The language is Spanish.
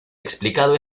explicado